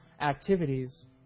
activities